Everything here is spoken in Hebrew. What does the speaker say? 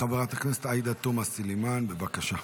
חברת הכנסת עאידה תומא סלימאן, בבקשה.